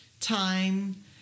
time